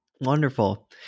Wonderful